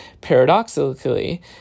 Paradoxically